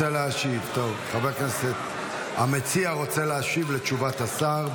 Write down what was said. חבר הכנסת המציע רוצה להשיב לתשובת השר,